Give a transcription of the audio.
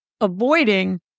avoiding